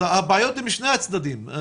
הבעיות הן משני הצדדים.